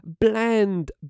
bland